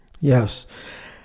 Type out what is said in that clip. Yes